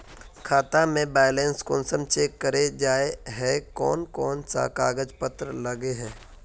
खाता में बैलेंस कुंसम चेक करे जाय है कोन कोन सा कागज पत्र लगे है?